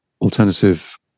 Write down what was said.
alternative